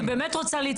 אני באמת רוצה,